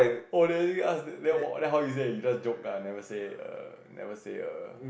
oh then ask then what then how you say you just joke ah never say err never say err